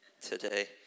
today